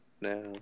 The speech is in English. now